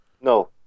No